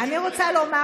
אני רוצה לומר